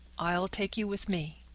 i'll take you with me.